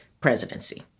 presidency